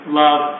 love